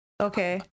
Okay